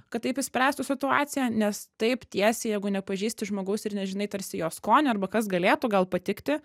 kad taip išspręstų situaciją nes taip tiesiai jeigu nepažįsti žmogaus ir nežinai tarsi jo skonio arba kas galėtų gal patikti